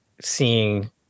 seeing